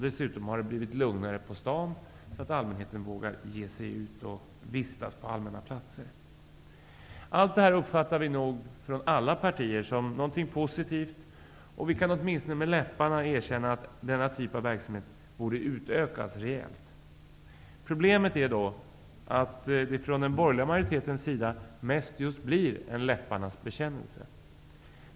Dessutom har det blivit lugnare på stan, så att allmänheten vågar vistas på allmänna platser. Allt det här uppfattar vi från alla partier som någonting positivt, och vi kan åtminstone med läpparna erkänna att denna typ av verksamhet borde utökas rejält. Problemet är att det från den borgerliga majoritetens sida mest blir just en läpparnas bekännelse.